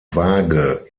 vage